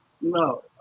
No